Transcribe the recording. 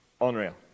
Unreal